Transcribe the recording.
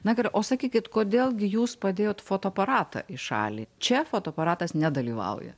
na o sakykit kodėl gi jūs padėjot fotoaparatą į šalį čia fotoaparatas nedalyvauja